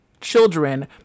children